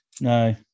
No